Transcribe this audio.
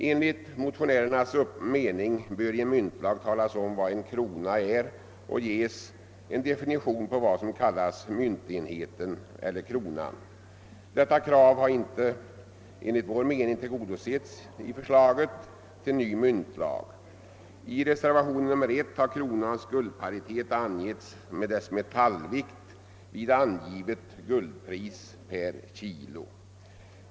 Enligt motionärernas mening bör det i en myntlag talas om vad en krona är och ges en definition på vad som kallas myntenhet, eller krona. Detta krav har enligt vår mening inte tillgodosetts i förslaget till ny myntlag. I reservation 1 har kronans guldparitet angivits med dess metallvikt vid angivet guldpris per kilo.